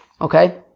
Okay